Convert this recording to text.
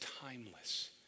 timeless